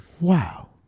Wow